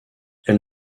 elle